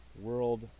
world